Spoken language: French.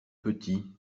petit